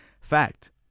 fact